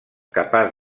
capaç